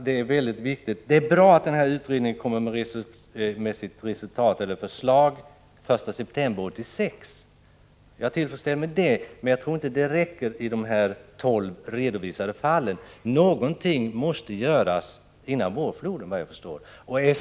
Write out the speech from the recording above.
Det är bra att utredningen kommer med förslag den 1 september 1986 - det är jag tillfredsställd med. Men jag tror inte att detta räcker beträffande de tolv redovisade fallen. Någonting måste vad jag förstår göras före vårfloden.